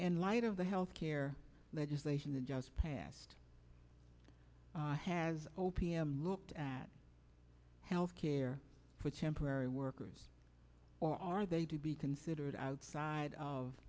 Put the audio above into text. in light of the health care legislation the just passed has o p m looked at health care for temporary workers or are they to be considered outside of